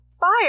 Fire